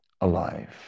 alive